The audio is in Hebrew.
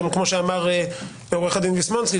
כמו שאמר עו"ד ויסמונסקי,